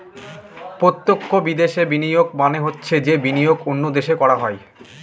প্রত্যক্ষ বিদেশে বিনিয়োগ মানে হচ্ছে যে বিনিয়োগ অন্য দেশে করা হয়